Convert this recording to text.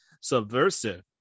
subversive